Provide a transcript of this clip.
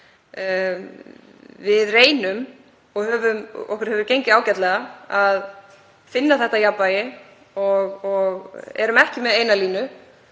Við reynum og okkur hefur gengið ágætlega að finna þetta jafnvægi og erum ekki með eina línu.